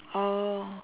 oh